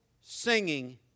singing